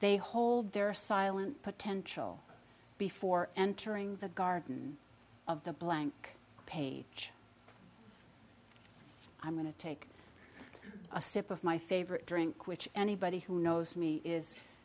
they hold their silent potential before entering the garden of the blank page i'm going to take a sip of my favorite drink which anybody who knows me is